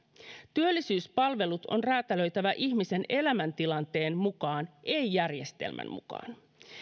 työllisyyspalvelut on räätälöitävä ihmisen elämäntilanteen mukaan ei järjestelmän mukaan